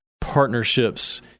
partnerships